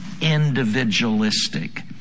individualistic